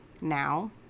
now